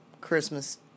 Christmas